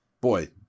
boy